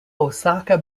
osaka